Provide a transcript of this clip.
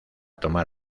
tomar